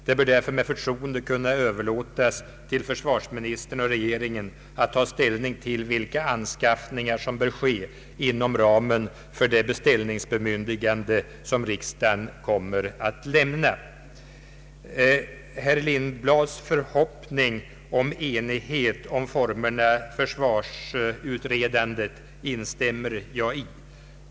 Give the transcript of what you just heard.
Det bör därför med förtroende kunna överlåtas till försvarsministern och regeringen att ta ställning till vilka anskaffningar som bör ske inom ramen för det beställningsbemyndigande som riksdagen kommer att lämna. Jag instämmer i herr Lindblads förhoppning om enighet beträffande formerna för försvarsutredandet.